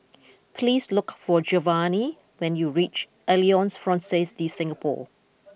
please look for Giovanny when you reach Alliance Francaise De Singapour